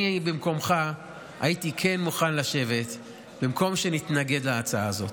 אני במקומך כן הייתי מוכן לשבת במקום שנתנגד להצעה הזאת.